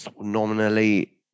nominally